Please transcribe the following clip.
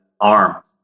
arms